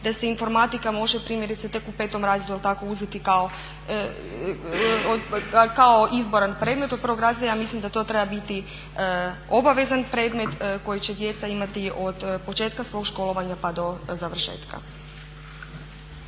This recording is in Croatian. da se informatika može primjerice tek u petom razredu jel tako uzeti kao izborni predmet. Od prvog razreda ja mislim da to treba biti obavezan predmet koji će djeca imati od početka svog školovanja pa do završetka.